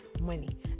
money